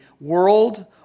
world